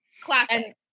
Classic